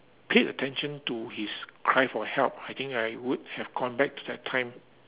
paid attention to his cry for help I think I would have gone back to that time